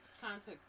context